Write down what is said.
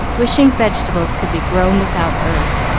wishing vegetables could be grown without earth,